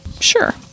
Sure